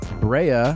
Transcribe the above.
Brea